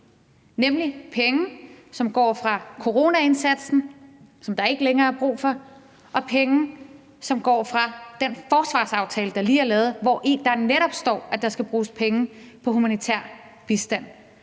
nemlig penge, som går fra coronaindsatsen, som der ikke længere er brug for, og penge, der går fra den forsvarsaftale, der lige er lavet, hvori der netop står, at der skal bruges penge på humanitær bistand.